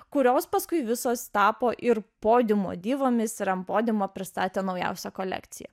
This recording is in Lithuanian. kurios paskui visos tapo ir podiumo divomis ir ant podiumo pristatė naujausią kolekciją